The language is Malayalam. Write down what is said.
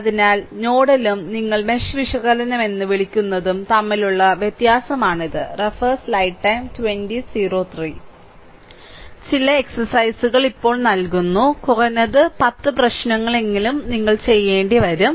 അതിനാൽ നോഡലും നിങ്ങൾ മെഷ് വിശകലനം എന്ന് വിളിക്കുന്നതും തമ്മിലുള്ള വ്യത്യാസമാണിത് ചില വ്യായാമങ്ങൾ ഇപ്പോൾ നൽകുന്നു കുറഞ്ഞത് 10 പ്രശ്നങ്ങളെങ്കിലും നിങ്ങൾ ചെയ്യേണ്ടിവരും